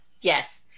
Yes